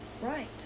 Right